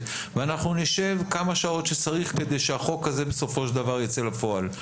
ואנחנו נשב כמה שעות שצריך כדי שהחוק הזה בסופו של דבר יצא לפועל.